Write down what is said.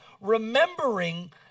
remembering